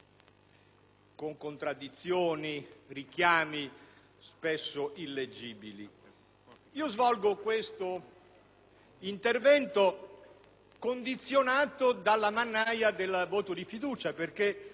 hanno contraddizioni e richiami spesso illeggibili. Svolgo questo intervento condizionato dalla mannaia del voto di fiducia, perché